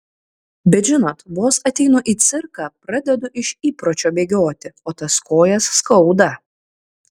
bet žinot vos ateinu į cirką pradedu iš įpročio bėgioti o tas kojas skauda